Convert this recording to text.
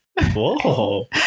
whoa